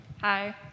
Hi